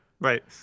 Right